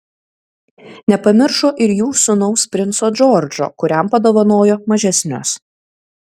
nepamiršo ir jų sūnaus princo džordžo kuriam padovanojo mažesnius